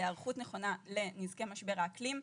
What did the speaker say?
בהיערכות נכונה לנזקי משבר האקלים,